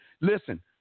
listen